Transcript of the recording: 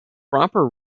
proper